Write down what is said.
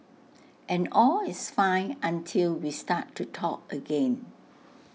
and all is fine until we start to talk again